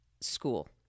School